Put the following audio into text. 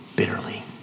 bitterly